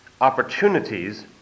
opportunities